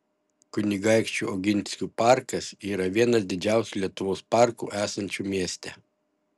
kunigaikščių oginskių parkas yra vienas didžiausių lietuvos parkų esančių mieste